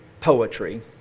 poetry